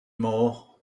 more